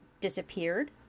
Disappeared